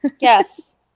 Yes